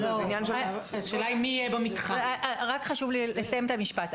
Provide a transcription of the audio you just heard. רק חשוב לי לסיים את המשפט.